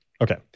Okay